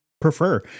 prefer